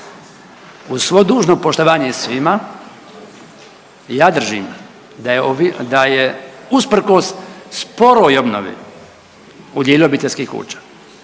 Uz svo dužno poštovanje svima, ja držim da je usprkos sporoj obnovi u dijelu obiteljskih kuća